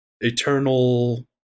eternal